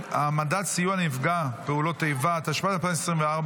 שיפוי המעסיק על הפרשות פנסיוניות בעד